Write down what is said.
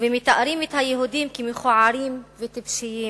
ומתארים את היהודים כמכוערים וטיפשים,